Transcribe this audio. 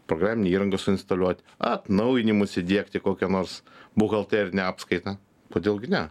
programinę įrangą suinstaliuot atnaujinimus įdiegti kokią nors buhalterinę apskaitą kodėl gi ne